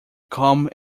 come